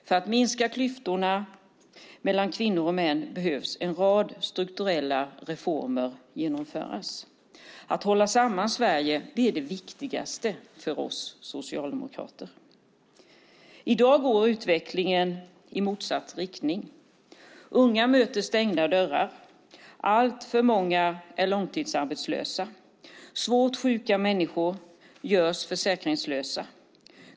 För att minska klyftorna mellan kvinnor och män behöver en rad strukturella reformer genomföras. Att hålla samman Sverige är det viktigaste för oss socialdemokrater. I dag går utvecklingen i motsatt riktning. Unga möter stängda dörrar. Alltför många är långtidsarbetslösa. Svårt sjuka människor görs försäkringslösa.